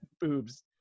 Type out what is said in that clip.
boobs